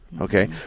Okay